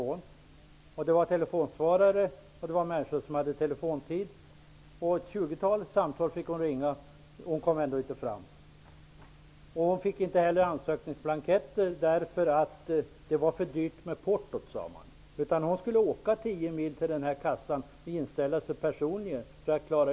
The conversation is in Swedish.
Trots ett tjugotal telefonsamtal kom hon inte fram på grund av att fackföreningen hade telefonsvarare och viss telefontid. När hon väl kom fram fick hon sig inte heller ansökningsblanketter hemsända, därför att det var för dyrt med portot, sades det. Hon föreslogs åka tio mil för personlig inställelse hos denna kassa.